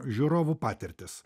žiūrovų patirtis